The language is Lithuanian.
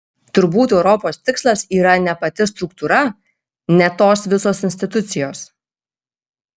turbūt europos tikslas yra ne pati struktūra ne tos visos institucijos